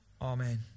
Amen